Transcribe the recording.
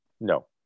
no